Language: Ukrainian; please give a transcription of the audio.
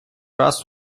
раз